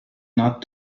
not